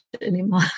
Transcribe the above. anymore